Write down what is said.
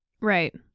Right